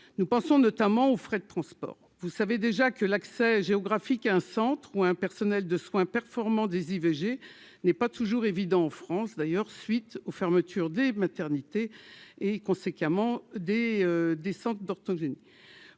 nous pensons notamment aux frais de transport, vous savez déjà que l'accès géographique un centre ou un personnel de soins performants des IVG n'est pas toujours évident en France d'ailleurs, suite aux fermetures des maternités et conséquemment des des centres d'orthogénie,